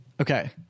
Okay